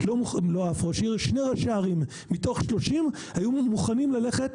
שני ראשי ערים מתוך 30 היו מוכנים ללכת